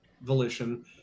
Volition